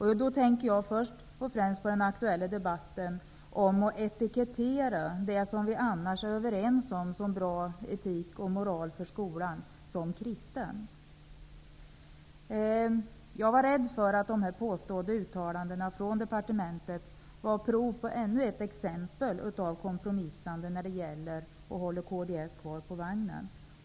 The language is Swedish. Jag tänker då i första hand på att den aktuella debatten, som handlar om att det som vi annars är överens om -- bra etik och moral för skolan -- etiketteras som kristet. Jag var rädd för att de påstådda uttalandena från departementet var ett prov på ännu ett exempel på kompromissande för att hålla kds kvar på vagnen.